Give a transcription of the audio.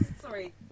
Sorry